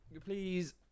please